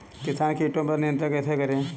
किसान कीटो पर नियंत्रण कैसे करें?